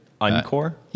Encore